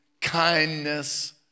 kindness